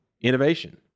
innovation